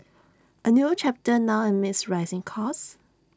A new chapter now amid rising costs